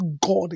God